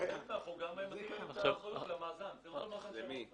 מאזן שאמרנו.